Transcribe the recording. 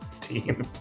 team